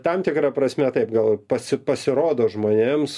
tam tikra prasme taip gal pasi pasirodo žmonėms